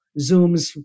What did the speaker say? Zooms